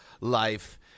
life